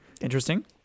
Interesting